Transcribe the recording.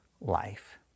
life